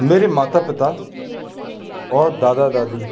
मेरे माता पिता और दादा दादी